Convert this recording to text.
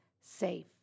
safe